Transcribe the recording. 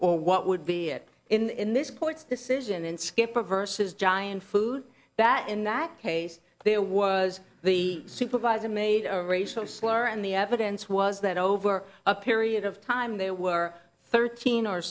or what would be it in this court's decision in skipper versus giant food that in that case there was the supervisor made a racial slur and the evidence was that over a period of time there were thirteen or